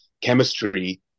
chemistry